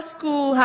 School